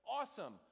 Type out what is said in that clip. awesome